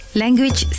language